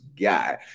guy